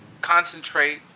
concentrate